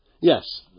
Yes